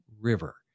River